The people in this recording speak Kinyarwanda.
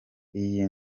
iyi